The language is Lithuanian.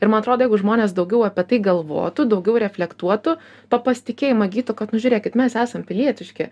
ir man atrodo jeigu žmonės daugiau apie tai galvotų daugiau reflektuotų to pasitikėjimo įgytų kad nu žiūrėkit mes esam pilietiški